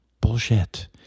bullshit